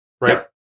Right